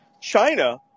China